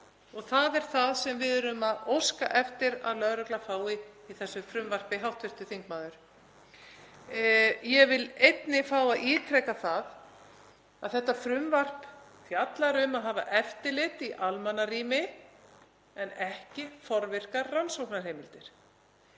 og það er það sem við erum að óska eftir að lögregla fái í þessu frumvarpi, hv. þingmaður. Ég vil einnig fá að ítreka það að þetta frumvarp fjallar um að hafa eftirlit í almannarými en ekki forvirkar rannsóknarheimildir.